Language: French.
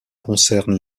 concerne